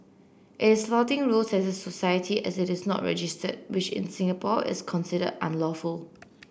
is flouting rules as a society as it is not registered which in Singapore is considered unlawful